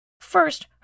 First